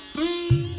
me